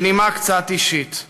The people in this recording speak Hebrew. בנימה קצת אישית,